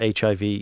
HIV